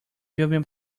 human